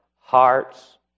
hearts